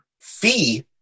fee